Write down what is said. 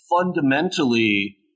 fundamentally –